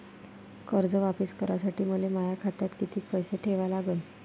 कर्ज वापिस करासाठी मले माया खात्यात कितीक पैसे ठेवा लागन?